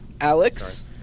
Alex